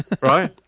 right